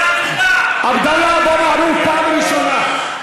עבדאללה אבו מערוף, פעם ראשונה.